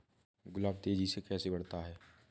गुलाब तेजी से कैसे बढ़ता है?